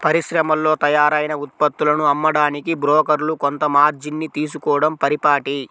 పరిశ్రమల్లో తయారైన ఉత్పత్తులను అమ్మడానికి బ్రోకర్లు కొంత మార్జిన్ ని తీసుకోడం పరిపాటి